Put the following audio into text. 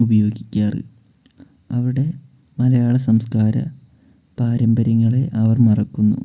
ഉപയോഗിക്കാറ് അവിടെ മലയാള സംസ്കാര പാരമ്പര്യങ്ങളെ അവർ മറക്കുന്നു